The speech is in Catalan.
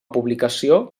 publicació